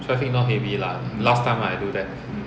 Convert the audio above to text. traffic not heavy lah last time I do that